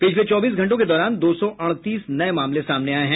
पिछले चौबीस घंटों के दौरान दो सौ अड़तीस नये मामले सामने आये हैं